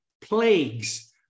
plagues